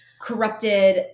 corrupted